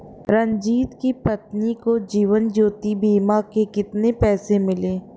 रंजित की पत्नी को जीवन ज्योति बीमा के कितने पैसे मिले?